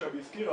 ששבי הזכיר,